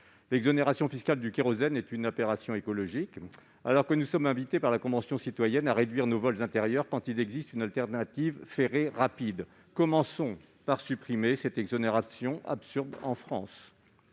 L'exonération fiscale du kérosène est une aberration écologique. Alors que nous sommes invités par la Convention citoyenne pour le climat à réduire nos vols intérieurs quand il existe une alternative ferrée rapide, commençons par supprimer cette exonération absurde en France.